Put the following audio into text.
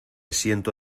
siento